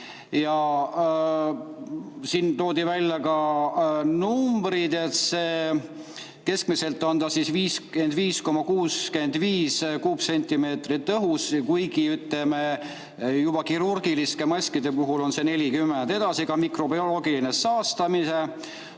Siin toodi välja ka numbrid. Keskmiselt on see 55,65 kuupsentimeetrit õhus, kuigi juba kirurgiliste maskide puhul on see 40. Edasi ka mikrobioloogiline saastamine.